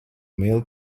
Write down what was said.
male